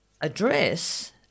address